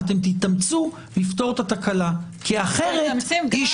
תתאמצו לפתור את התקלה אחרת איש